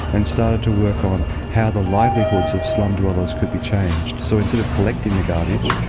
and started to work on how the livelihoods of slum-dwellers could be changed. so instead of collecting the garbage,